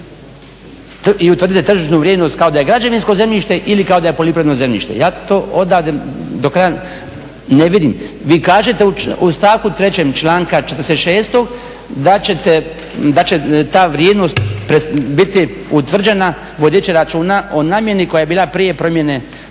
i utvrditi tržišnu vrijednost kao da je građevinsko zemljište ili kao da je poljoprivredno zemljište? Ja to odavde do kraja ne vidim. Vi kažete u stavku 3. članka 46. da ćete, da će ta vrijednost biti utvrđena vodeći računa o namjeni koja je bila prije promjene,